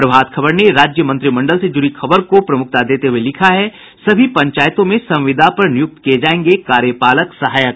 प्रभात खबर ने राज्य मंत्रिमंडल से जुड़ी खबर को प्रमुखता देते हुये लिखा है सभी पंचायतों में संविदा पर नियुक्त किये जायेंगे कार्यपालक सहायक